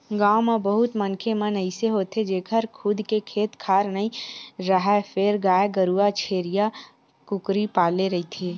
गाँव म बहुत मनखे मन अइसे होथे जेखर खुद के खेत खार नइ राहय फेर गाय गरूवा छेरीया, कुकरी पाले रहिथे